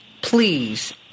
please